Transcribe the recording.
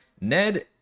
Ned